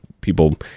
people